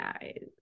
guys